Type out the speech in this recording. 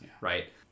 right